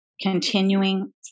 continuing